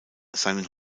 seinen